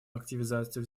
активизацию